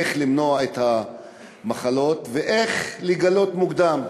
איך למנוע את המחלות ואיך לגלות מוקדם.